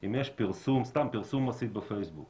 אם יש פרסום, סתם פרסום מסית בפייסבוק